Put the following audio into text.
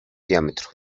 diámetro